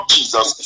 Jesus